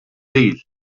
değil